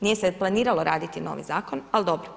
Nije se planiralo raditi novi zakon, ali dobro.